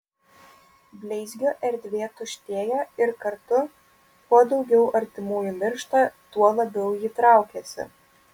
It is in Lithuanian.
bleizgio erdvė tuštėja ir kartu kuo daugiau artimųjų miršta tuo labiau ji traukiasi